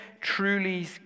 truly